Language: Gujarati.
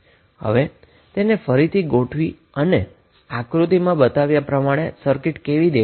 હવે તેને ફરીથી ગોઠવતા આકૃતિમાં બતાવ્યા પ્રમાણે સર્કિટ દેખાશે